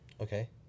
Okay